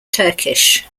turkish